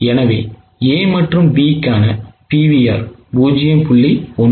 எனவே A மற்றும் B கான PVR 0